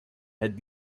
had